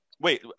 Wait